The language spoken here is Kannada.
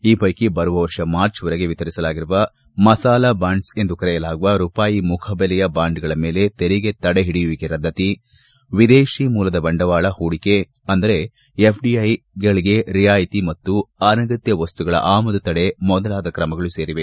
ಈ ಪೈಕಿ ಬರುವ ವರ್ಷ ಮಾರ್ಚ್ ವರೆಗೆ ವಿತರಿಸಲಾಗಿರುವ ಮಸಾಲಾ ಬಾಂಡ್ಪ್ ಎಂದು ಕರೆಯಲಾಗುವ ರೂಪಾಯಿ ಮುಖದೆಲೆಯ ಬಾಂಡ್ಗಳ ಮೇಲೆ ತೆರಿಗೆ ತಡೆಹಿಡಿಯುವಿಕೆ ರದ್ದತಿ ವಿದೇಶಿ ಮೂಲದ ಬಂಡವಾಳ ಹೂಡಿಕೆ ಅಂದರೆ ಎಫ್ಪಿಐಗಳಿಗೆ ರಿಯಾಯಿತಿ ಮತ್ತು ಅನಗತ್ತ ವಸ್ತುಗಳ ಆಮದು ತಡೆ ಮೊದಲಾದ ಕ್ರಮಗಳು ಸೇರಿವೆ